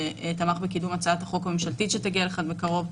שתמך בקידום הצעת החוק הממשלתית שתגיע לכאן בקרוב,